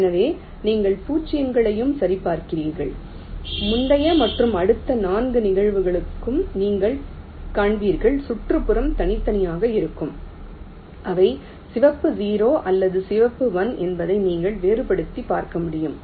எனவே நீங்கள் பூஜ்ஜியங்களையும் சரிபார்க்கிறீர்கள் முந்தைய மற்றும் அடுத்த 4 நிகழ்வுகளுக்கும் நீங்கள் காண்பீர்கள் சுற்றுப்புறம் தனித்தனியாக இருக்கும் அவை சிவப்பு 0 அல்லது சிவப்பு 1 என்பதை நீங்கள் வேறுபடுத்திப் பார்க்க முடியும்